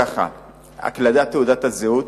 הקלדת תעודת הזהות